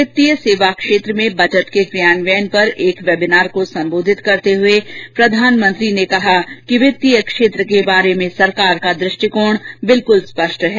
वित्तीय सेवा क्षेत्र में बजट के कार्यान्वयन पर एक वेबीनार को संबोधित करते हुए प्रधानमंत्री ने कहा कि वित्तीय क्षेत्र के बारे में सरकार का दृष्टिकोण बिल्कुल स्पष्ट है